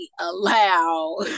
allow